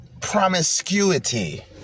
promiscuity